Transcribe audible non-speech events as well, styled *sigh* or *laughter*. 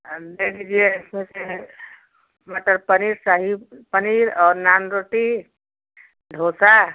अंडे दे दीजिए ऐसे *unintelligible* मटर पनीर शाही पनीर और नान रोटी डोसा